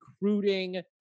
recruiting